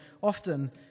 often